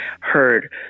heard